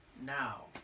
Now